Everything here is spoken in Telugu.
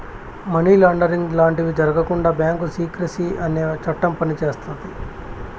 మనీ లాండరింగ్ లాంటివి జరగకుండా బ్యాంకు సీక్రెసీ అనే చట్టం పనిచేస్తాది